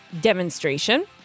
demonstration